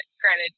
granted